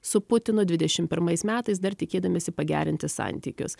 su putinu dvidešimt pirmais metais dar tikėdamiesi pagerinti santykius